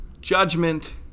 judgment